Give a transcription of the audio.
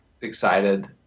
excited